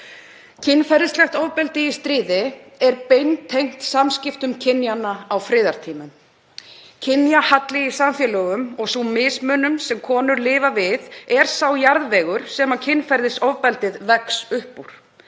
Kynferðislegt ofbeldi í stríði er beintengt samskiptum kynjanna á friðartímum. Kynjahalli í samfélögum og sú mismunun sem konur lifa við er sá jarðvegur sem kynferðisofbeldið vex upp úr.